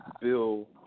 Bill